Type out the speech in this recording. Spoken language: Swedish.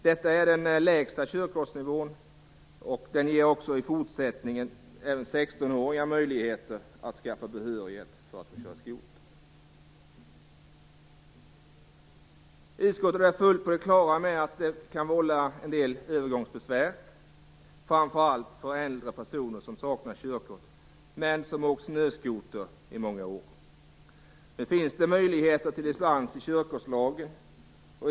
Detta är den lägsta körkortsnivån, som också i fortsättningen ger Utskottet är fullt på det klara med att detta kan vålla en del övergångsbesvär, framför allt för äldre personer som saknar körkort, men som framfört snöskoter i många år. Nu finns det i körkortslagen möjligheter till dispens.